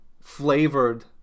flavored